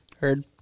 Heard